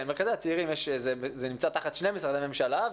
מרכזי הצעירים נמצאים תחת שני משרדי ממשלה,